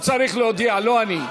הוא צריך להודיע, לא אני.